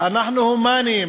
אנחנו הומניים.